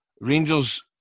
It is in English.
Rangers